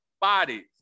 bodies